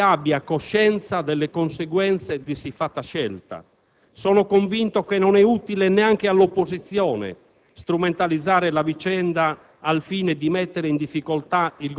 in discussione senza che si abbia coscienza delle conseguenze di siffatta scelta. Sono convinto che non è utile neanche all'opposizione